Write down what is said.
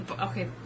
Okay